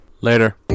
Later